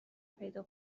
پیدا